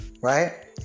right